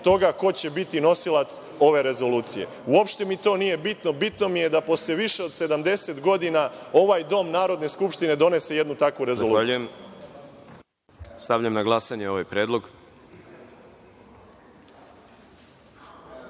toga ko će biti nosilac ove rezolucije. Uopšte mi to nije bitno, bitno mi je da posle više od 70 godina ovaj dom Narodne skupštine donese i jednu takvu rezoluciju. **Đorđe Milićević**